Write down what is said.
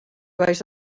balls